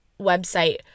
website